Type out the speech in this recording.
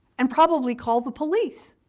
and probably call the police.